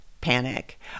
panic